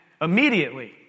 immediately